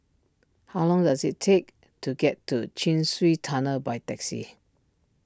how long does it take to get to Chin Swee Tunnel by taxi